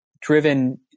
driven